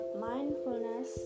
mindfulness